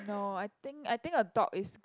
no I think I think a dog is